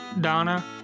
Donna